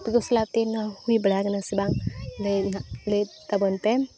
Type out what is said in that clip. ᱟᱯᱮ ᱥᱟᱞᱟᱜ ᱛᱮ ᱦᱩᱭ ᱵᱟᱲᱟᱣ ᱠᱟᱱᱟ ᱥᱮ ᱵᱟᱝ ᱞᱟᱹᱭ ᱫᱚ ᱱᱟᱦᱟᱸᱜ ᱞᱟᱹᱭ ᱛᱟᱵᱚᱱ ᱯᱮ